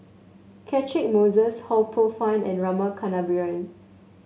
Catchick Moses Ho Poh Fun and Rama Kannabiran